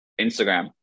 Instagram